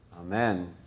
Amen